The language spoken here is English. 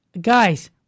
guys